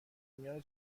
میان